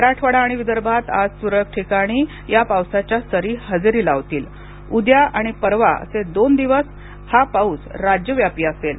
मराठवाडा आणि विदर्भात आज तुरळक ठिकाणी या पावसाच्या सरी हजेरी लावतील उद्या आणि परवा असे दोन दिवस हा पाऊस राज्यव्यापी असेल